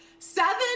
seven